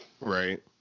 Right